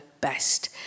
best